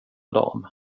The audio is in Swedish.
dam